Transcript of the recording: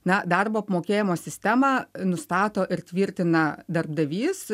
na darbo apmokėjimo sistemą nustato ir tvirtina darbdavys